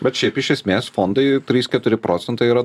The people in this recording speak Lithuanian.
bet šiaip iš esmės fondai trys keturi procentai yra